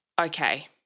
Okay